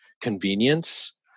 convenience